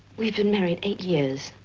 we've been married eight years.